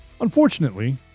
Unfortunately